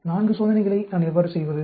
4 சோதனைகளை நான் எவ்வாறு செய்வது